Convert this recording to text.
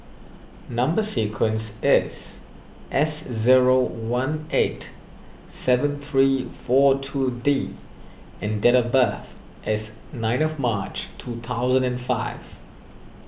Number Sequence is S zero one eight seven three four two D and date of birth is nineth of March two thousand and five